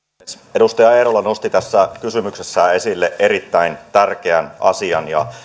edustaja eerola nosti tässä kysymyksessään esille erittäin tärkeän asian ja